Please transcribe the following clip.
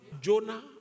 Jonah